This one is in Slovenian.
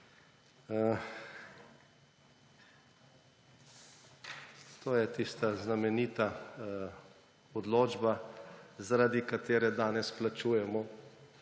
To je tista znamenita odločba, zaradi katere danes plačujemo,